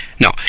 No